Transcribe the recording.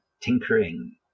tinkering